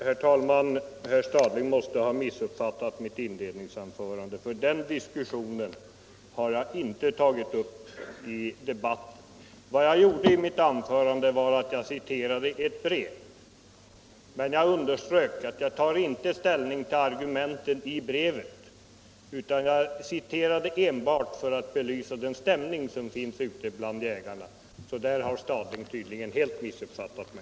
Herr talman! Mitt inledningsanförande måste ha blivit missuppfattat av herr Stadling, för den diskussionen har jag inte tagit upp i debatten. Vad jag gjorde i mitt anförande var att jag citerade ett brev, men jag underströk att jag inte tagit ställning till argumenten i brevet. Jag citerade det enbart för att belysa den stämning som finns ute bland jägarna. Där har herr Stadling tydligen helt missuppfattat mig.